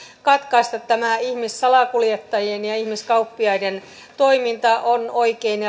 katkaista tämä ihmissalakuljettajien ja ihmiskauppiaiden toiminta ovat oikein